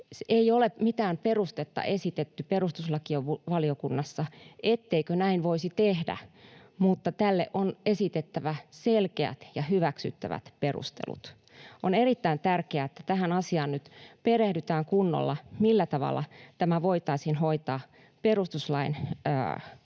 ei ole mitään perustetta esitetty perustuslakivaliokunnassa, etteikö näin voisi tehdä, mutta tälle on esitettävä selkeät ja hyväksyttävät perustelut. On erittäin tärkeää, että tähän asiaan nyt perehdytään kunnolla, että millä tavalla tämä voitaisiin hoitaa perustuslain vaatimassa